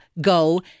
go